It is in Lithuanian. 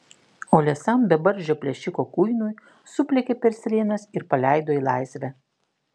o liesam bebarzdžio plėšiko kuinui supliekė per strėnas ir paleido į laisvę